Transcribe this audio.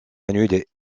annulée